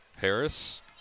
Harris